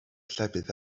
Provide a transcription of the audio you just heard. llefydd